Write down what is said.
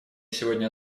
сегодня